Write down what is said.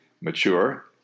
mature